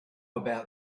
about